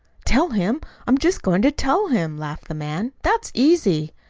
tell him! i'm just going to tell him, laughed the man. that's easy.